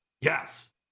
Yes